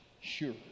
sure